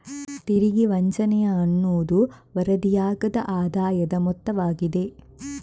ತೆರಿಗೆ ವಂಚನೆಯ ಅನ್ನುವುದು ವರದಿಯಾಗದ ಆದಾಯದ ಮೊತ್ತವಾಗಿದೆ